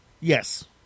Yes